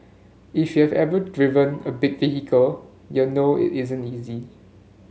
if you've ever driven a big vehicle you'll know it isn't easy